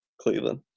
Cleveland